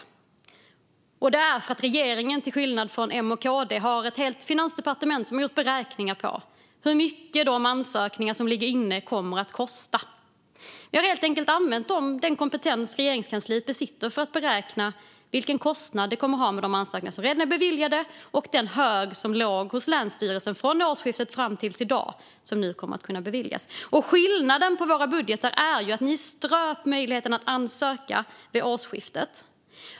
Detta görs därför att regeringen, till skillnad från M och KD, har ett helt finansdepartement som har gjort beräkningar av hur mycket de ansökningar som ligger inne kommer att kosta. Vi har helt enkelt använt den kompetens Regeringskansliet besitter för att beräkna vad kostnaden kommer att bli för de ansökningar som redan är beviljade och för den hög som låg hos länsstyrelsen från årsskiftet fram till i dag, som nu kommer att kunna beviljas. Skillnaden mellan våra budgetar är att ni ströp möjligheten att ansöka vid årsskiftet.